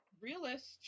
Realist